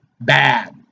bad